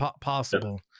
possible